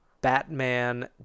Batman